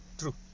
true